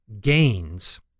gains